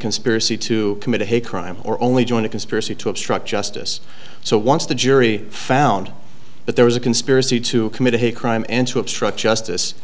conspiracy to commit a hate crime or only join a conspiracy to obstruct justice so once the jury found but there was a conspiracy to commit a hate crime and to obstruct justice